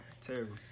Terrible